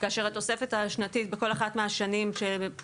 כאשר התוספת השנתית בכל אחת מהשנים שהיו